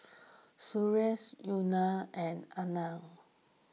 Sundaresh Udai and Anand